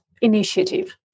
initiative